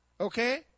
Okay